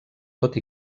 tot